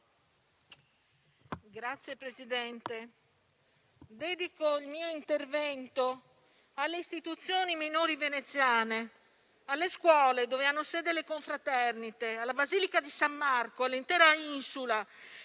Signor Presidente, dedico il mio intervento alle istituzioni minori veneziane, alle scuole, dove hanno sede le confraternite, alla basilica di San Marco, all'intera insula,